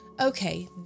okay